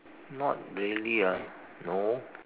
not really ah no